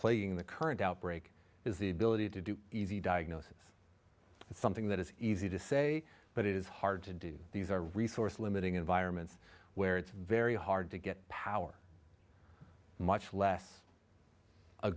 plaguing the current outbreak is the ability to do easy diagnosis something that is easy to say but it is hard to do these are resource limiting environments where it's very hard to get power much less a